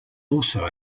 also